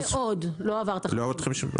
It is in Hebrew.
אף ספק גדול מאוד לא עבר את ה-50%.